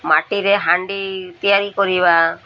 ମାଟିରେ ହାଣ୍ଡି ତିଆରି କରିବା